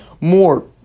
more